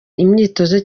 imyitozo